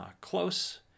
close